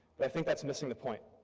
but i think that's missing the point.